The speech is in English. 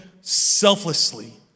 selflessly